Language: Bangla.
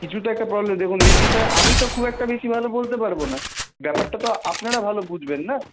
কিছু তো একটা প্রবলেম দেখুন এই বিষয়ে আমি তো খুব একটা বেশি ভালো বলতে পারবো না ব্যাপারটা তো আপনারা ভালো বুঝবেন না